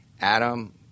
Adam